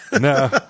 No